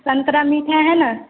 संतरा मीठा है न